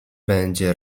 będzie